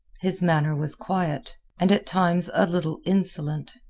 his manner was quiet, and at times a little insolent.